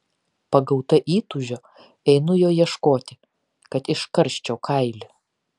pagauta įtūžio einu jo ieškoti kad iškarščiau kailį